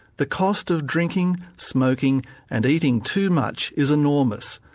the cost of drinking, smoking and eating too much is enormous,